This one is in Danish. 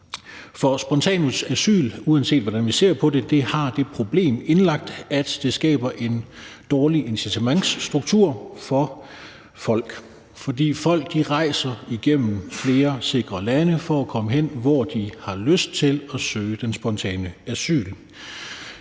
For spontant asyl har, uanset hvordan vi ser på det, det problem indlagt, at det skaber en dårlig incitamentsstruktur for folk, fordi folk rejser igennem flere sikre lande for at komme derhen, hvor de har lyst til at søge spontant asyl.